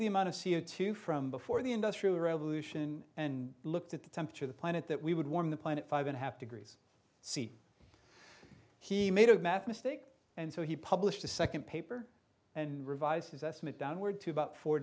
the amount of c o two from before the industrial revolution and looked at the temperature of the planet that we would warm the planet five and a half to greese c he made a math mistake and so he published a second paper and revised his estimate downward to about four